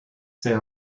sehr